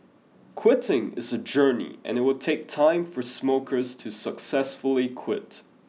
quitting is a journey and it will take time for smokers to successfully quit